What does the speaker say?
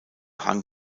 hang